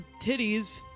titties